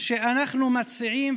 שאנחנו מציעים,